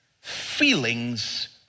feelings